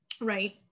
right